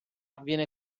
viene